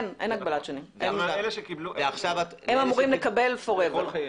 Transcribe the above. הם אמורים לקבל לכל חייהם.